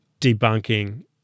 debunking